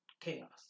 chaos